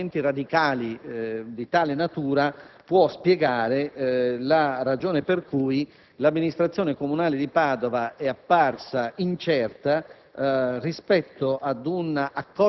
la presenza di componenti radicali di tale natura può spiegare la ragione per cui l'amministrazione comunale di Padova è apparsa incerta